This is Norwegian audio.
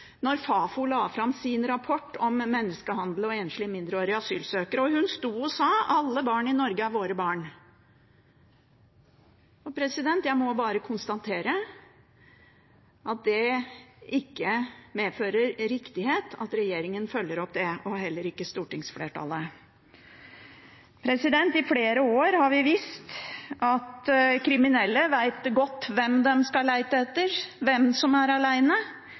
enslige mindreårige asylsøkere. Hun sto og sa at alle barn i Norge er våre barn. Jeg må bare konstatere at det ikke medfører riktighet at regjeringen, og stortingsflertallet, følger opp det. I flere år har vi visst at kriminelle vet godt hvem de skal lete etter, hvem som er